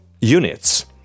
units